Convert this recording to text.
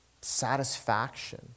satisfaction